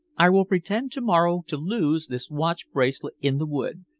i will pretend to-morrow to lose this watch-bracelet in the wood,